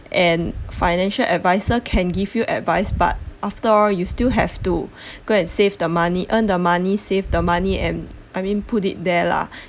and financial adviser can give you advise but after all you still have to go and save the money earn the money save the money and I mean put it there lah